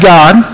God